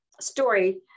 story